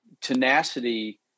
tenacity